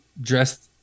dressed